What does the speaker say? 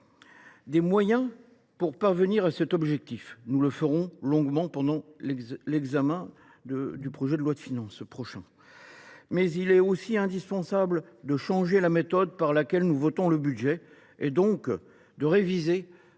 des moyens d’atteindre cet objectif. Nous le ferons longuement à l’occasion de l’examen du projet de loi de finances pour 2025. Mais il est aussi indispensable de changer la méthode par laquelle nous votons le budget, et donc de réviser